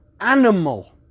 animal